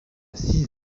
six